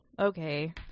Okay